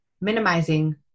minimizing